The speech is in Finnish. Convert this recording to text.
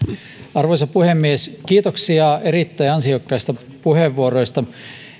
arvoisa puhemies kiitoksia erittäin ansiokkaista puheenvuoroista